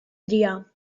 triar